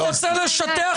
הוא רוצה לשטח את הבניין.